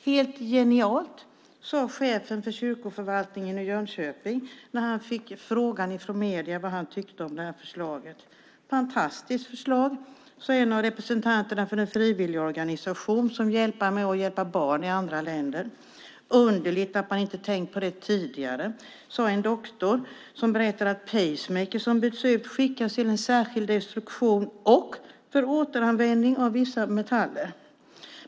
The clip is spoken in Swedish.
Helt genialt, sade chefen för kyrkoförvaltningen i Jönköping när han fick frågan från medier vad han tyckte om förslaget. Ett fantastiskt förslag, sade en av representanterna för den frivilligorganisation som hjälper barn i andra länder. Underligt att man inte tänkt på det tidigare, sade en doktor som berättade att pacemakrar som byts ut skickas till en särskild destruktion och för återanvändning av vissa metaller.